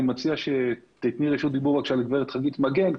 אני מציע שתתני רשות דיבור לגברת חגית מגן,